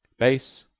base,